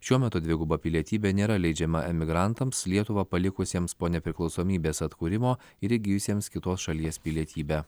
šiuo metu dviguba pilietybė nėra leidžiama emigrantams lietuvą palikusiems po nepriklausomybės atkūrimo ir įgijusiems kitos šalies pilietybę